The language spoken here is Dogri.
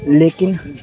लेकिन